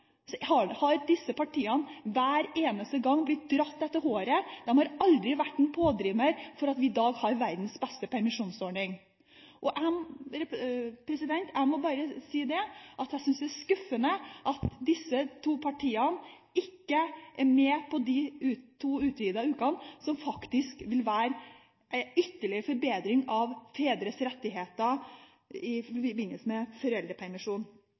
disse partiene hver eneste gang har blitt dratt etter håret. De har aldri vært pådriver for at vi i dag har verdens beste permisjonsordning. Jeg må bare si at jeg synes det er skuffende at disse to partiene ikke er med på å vedta de to nye ukene, som faktisk vil være en ytterligere forbedring av fedres rettigheter i forbindelse med foreldrepermisjon.